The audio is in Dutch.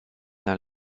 naar